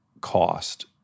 cost